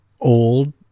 old